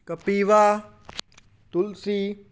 Kapiva Tulsi